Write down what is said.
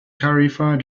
tarifa